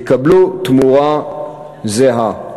יקבלו תמורה זהה.